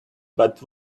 but